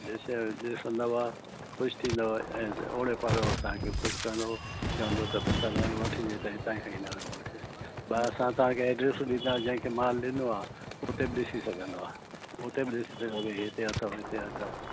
ॾिसे ॾिसंदव ख़ुशि थींदव ऐं ओहिड़े पाड़े वारनि तव्हांखे खुश कंदव चवंदव त भई हितां खां ई वठी हितां हितां खां ई वठी ॿारनि सां तव्हां तव्हांखे एड्रस ॾींदव जंहिंखे माल ॾिनो आहे हुते बि ॾिसी सघंदव हुते बि ॾिसी सघंदव हिते अथव हिते अथव